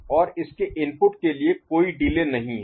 और इसके इनपुट के लिए कोई डिले नहीं है